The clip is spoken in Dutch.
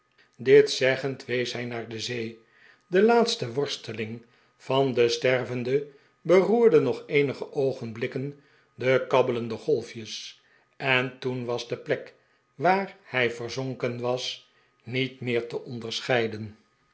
dit zeggend wees hij naar de zee de laatste worsteling van den stervende beroerde nog eenige oogenblikken de kabbelende golfjes en toen was de plek waar hij verzonken was niet meer te onderscheiden